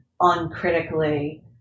uncritically